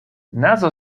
nazo